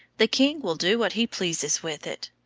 the king will do what he pleases with it.